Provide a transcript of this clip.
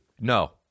no